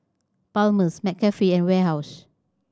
Palmer's McCafe and Warehouse